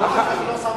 יש לו סמכות,